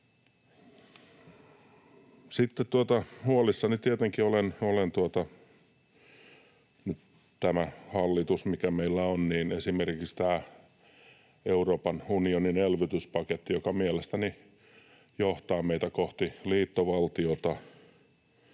huolissani, kun tämä hallitus, mikä meillä on... Esimerkiksi tämä Euroopan unionin elvytyspaketti, joka mielestäni johtaa meitä kohti liittovaltiota,